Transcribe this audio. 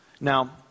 Now